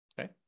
Okay